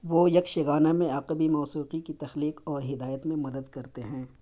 وہ یکش گانا میں عقبی موسیقی کی تخلیق اور ہدایت میں مدد کرتے ہیں